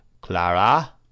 Clara